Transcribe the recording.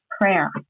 prayer